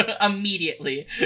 Immediately